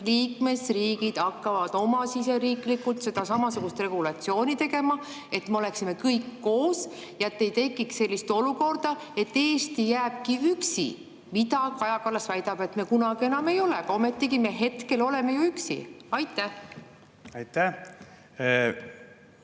liikmesriigid hakkavad siseriiklikult samasugust regulatsiooni kehtestama, et me oleksime kõik koos ja ei tekiks sellist olukorda, et Eesti jääb üksi, mille kohta Kaja Kallas väidab, et me seda kunagi enam ei ole. Aga ometigi me hetkel oleme ju üksi. Tänan,